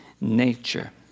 nature